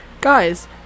guys